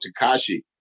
Takashi